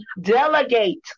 delegate